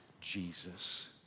Jesus